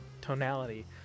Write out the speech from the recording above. tonality